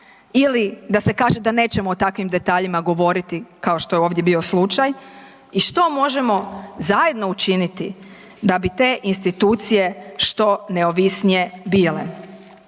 ili da se kaže da nećemo o takvim detaljima govoriti kao što je ovdje bio slučaj i što možemo zajedno učiniti da bi te institucije što neovisnije bile?